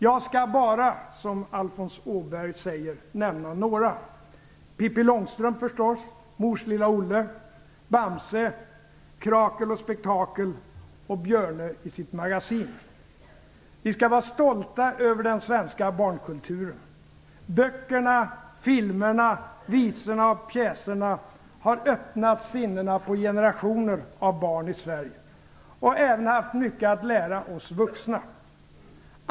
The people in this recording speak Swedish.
"Jag ska bara ...", som Alfons Åberg säger, nämna några: Pippi Långstrump, förstås, Mors lilla Vi skall vara stolta över den svenska barnkulturen. Böckerna, filmerna, visorna och pjäserna har öppnat sinnena på generationer av barn i Sverige - och även haft mycket att lära oss vuxna.